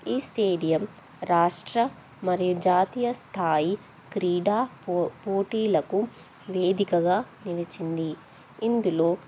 ఈ స్టేడియం రాష్ట్ర మరియు జాతీయ స్థాయి క్రీడా పో పోటీలకు వేదికగా నిలిచింది ఇందులో